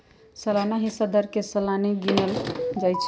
सलाना हिस्सा दर के सलाने गिनल जाइ छइ